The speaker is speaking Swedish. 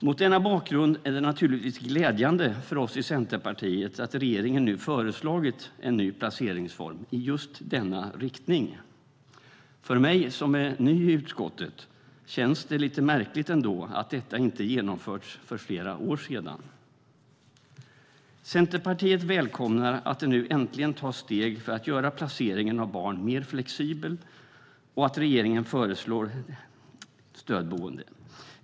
Mot denna bakgrund är det naturligtvis glädjande för oss i Centerpartiet att regeringen nu föreslagit en ny placeringsform i just denna riktning. För mig som är ny i utskottet känns det ändå lite märkligt att detta inte genomförts för flera år sedan. Centerpartiet välkomnar att det nu äntligen tas steg för att göra placeringen av barn mer flexibel och att regeringen föreslår stödboende.